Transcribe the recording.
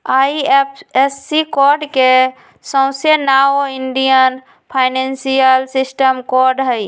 IFSC code के सऊसे नाओ इंडियन फाइनेंशियल सिस्टम कोड हई